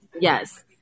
yes